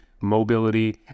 mobility